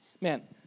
Man